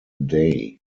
day